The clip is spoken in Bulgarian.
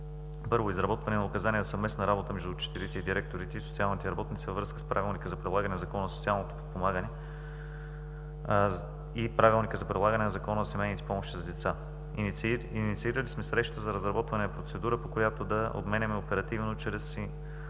1. Изработване на указания за съвместна работа между учителите и директори, и социалните работници във връзка с Правилника за прилагане на Закона за социалното подпомагане и Правилника за прилагане на Закона за семейните помощи за деца. Инициирали сме среща за разработване процедура, по която да обменяме оперативно чрез ИТ